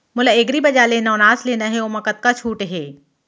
मोला एग्रीबजार ले नवनास लेना हे ओमा कतका छूट हे?